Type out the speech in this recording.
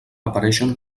apareixen